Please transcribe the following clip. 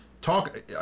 talk